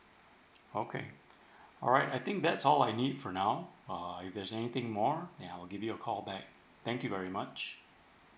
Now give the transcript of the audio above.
okay alright I think that's all I need for now uh if there's anything more then I'll give you a call back thank you very much